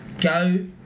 go